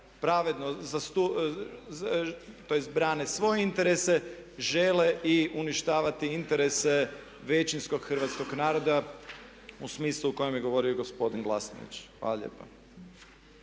pravedno, tj. brane svoje interese žele i uništavati interese većinskog hrvatskog naroda u smislu o kojem je govorio i gospodin Glasnović. **Sanader,